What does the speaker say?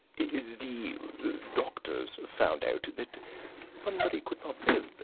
the doctors found out that bunbury could not live,